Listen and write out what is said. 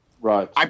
Right